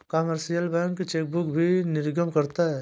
commercial bank chequebook भी निर्गम करता है